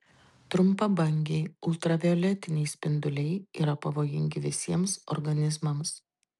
trumpabangiai ultravioletiniai spinduliai yra pavojingi visiems organizmams